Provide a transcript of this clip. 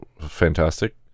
fantastic